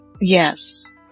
Yes